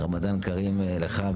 רמדאן כרים לך.